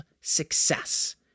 success